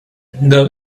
the